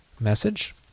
message